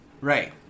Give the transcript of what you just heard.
Right